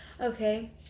Okay